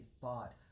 thought